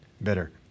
better